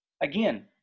Again